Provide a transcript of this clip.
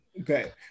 okay